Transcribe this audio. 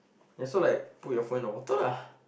yeah so like put your phone in the water lah